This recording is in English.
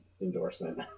endorsement